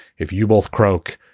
if you both croak,